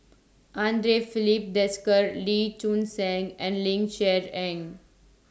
Andre Filipe Desker Lee Choon Seng and Ling Cher Eng